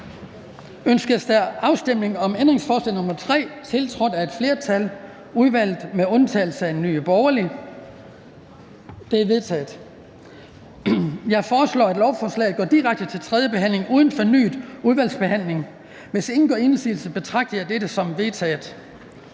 Ønskes afstemning om ændringsforslag nr. 1-4, tiltrådt af et flertal (udvalget med undtagelse af NB)? De er vedtaget. Jeg foreslår, at lovforslaget går direkte til tredje behandling uden fornyet udvalgsbehandling. Hvis ingen gør indsigelse, betragter jeg dette som vedtaget.